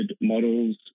models